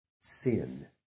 Sin